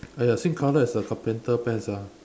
!aiya! same colour as the carpenter pants ah